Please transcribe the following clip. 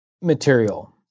material